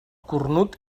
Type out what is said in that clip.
cornut